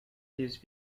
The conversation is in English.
these